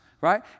right